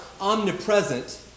omnipresent